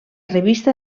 revista